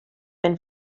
been